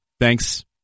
thanks